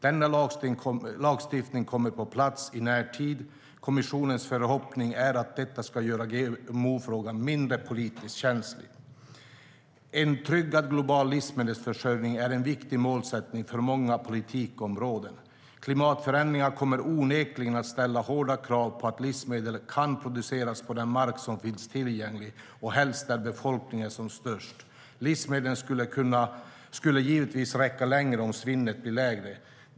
Denna lagstiftning kommer på plats i närtid. Kommissionens förhoppning är att detta ska göra GMO-frågan mindre politiskt känslig. Livsmedlen skulle givetvis räcka längre om svinnet blir lägre.